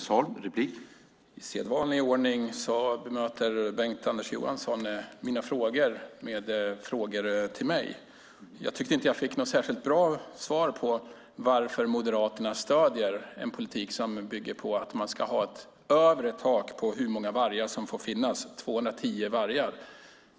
Herr talman! I sedvanlig ordning bemöter Bengt-Anders Johansson mina frågor med frågor till mig. Jag tycker inte att jag fick något särskilt bra svar på varför Moderaterna stöder en politik som bygger på att man ska ha ett tak för hur många vargar som får finnas: 210 vargar.